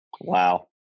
Wow